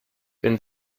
wenn